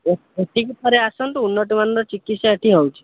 ଏଠିକି ଥରେ ଆସନ୍ତୁ ଉନ୍ନତମାନର ଚିକିତ୍ସା ଏଠି ହେଉଛି